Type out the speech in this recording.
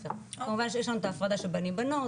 כמובן שיש לנו את ההפרדה של בנים בנות,